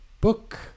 book